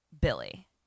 Billy